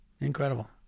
Incredible